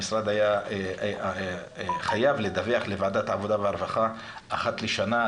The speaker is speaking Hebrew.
המשרד היה חייב לדווח לוועדת העבודה והרווחה אחת לשנה,